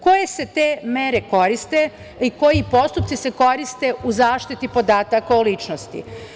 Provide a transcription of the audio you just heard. Koje se te mere koriste i koji postupci se koriste u zaštiti podataka o ličnosti?